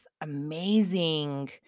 amazing